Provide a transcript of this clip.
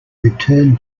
return